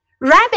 Rabbit